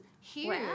huge